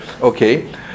Okay